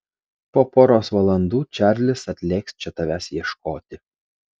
po poros valandų čarlis atlėks čia tavęs ieškoti